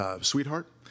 sweetheart